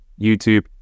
YouTube